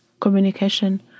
communication